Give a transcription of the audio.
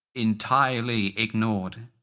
entirely ignored?